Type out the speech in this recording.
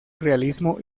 realismo